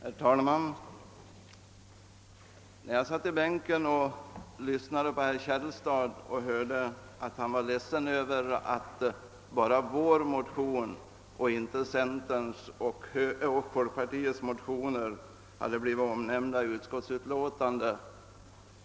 Herr talman! Jag satt i bänken och lyssnade på herr Källstad och hörde att han var ledsen över att bara vår motion och inte centerns och folkpartiets motioner hade blivit omnämnda i utskottsutlåtandet.